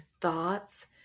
thoughts